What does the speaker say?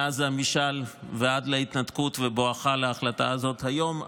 מאז המשאל ועד להתנתקות בואכה ההחלטה הזאת היום,